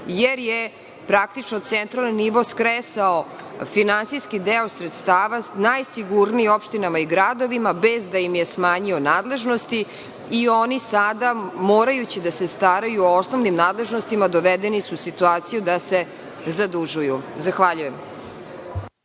jer je praktično centralni nivo skresao finansijski deo sredstava najsigurnijim opštinama i gradovima, bez da im je smanjio nadležnosti, i oni su sada, morajući da se staraju o osnovnim nadležnostima, dovedeni u situaciju da se zadužuju. Zahvaljujem.